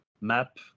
map